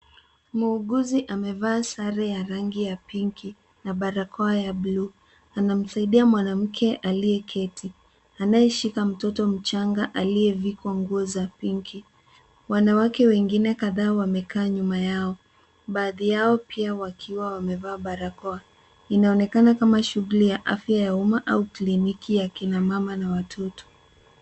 Muuguzi amevaa sare ya rangi ya pinki na barakoa ya buluu. Anamsaidia mwanamke aliyeketi anayeshika mtoto mchanga aliyevikwa nguo za pinki. Wanawake wengine kadhaa wamekaa nyuma yao, baadhi yao pia wakiwa wamevaa barakoa. Inaonekana kama shughuli ya afya ya umma au kliniki ya kina mama na watoto.